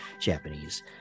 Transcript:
Japanese